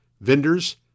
vendors